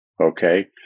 okay